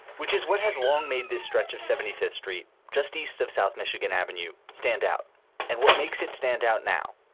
which is what has long made this stretch of seventeenth street just east of south michigan avenue stand out and what makes it stand out now?